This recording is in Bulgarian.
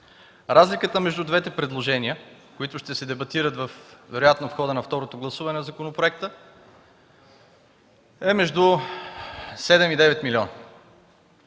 Разликата между двете предложения, които ще се дебатират вероятно в хода на второто гласуване на законопроекта, е между 7 и 9 милиона.